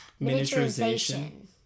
Miniaturization